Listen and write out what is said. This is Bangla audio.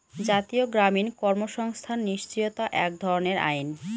জাতীয় গ্রামীণ কর্মসংস্থান নিশ্চয়তা এক ধরনের আইন